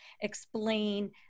explain